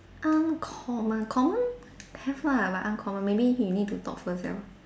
uncommon common have lah but uncommon maybe you need to talk first ah